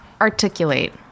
articulate